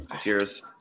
Cheers